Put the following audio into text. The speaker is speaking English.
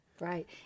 Right